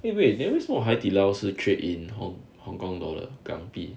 wait wait that's means haidilao 是 trade in hong~ hong-kong dollar 港币